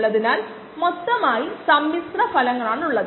അതിനാൽ 300 ഈക്വല്സ് 2